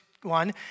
one